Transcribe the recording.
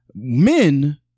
Men